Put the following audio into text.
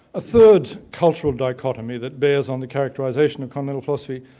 a third cultural dichotomy that bears on the characterization of continental philosophy,